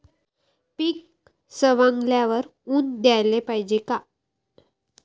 पीक सवंगल्यावर ऊन द्याले पायजे का?